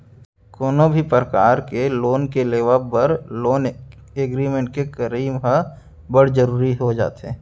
कोनो भी परकार के लोन के लेवब बर लोन एग्रीमेंट के करई ह बड़ जरुरी हो जाथे